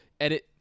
edit